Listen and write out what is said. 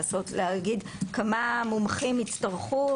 להגיד כמה מומחים יצטרכו,